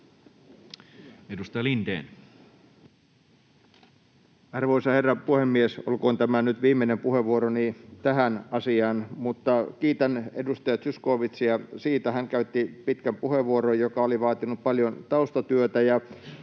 11:56 Content: Arvoisa herra puhemies! Olkoon tämä nyt viimeinen puheenvuoroni tähän asiaan. Kiitän edustaja Zyskowiczia siitä, että hän käytti pitkän puheenvuoron, joka oli vaatinut paljon taustatyötä.